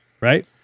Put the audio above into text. Right